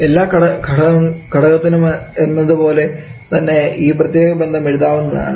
എല്ലാ ഘടകത്തിനും എന്നതു പോലെ തന്നെ ഈ പ്രത്യേക ബന്ധം എഴുതാവുന്നതാണ്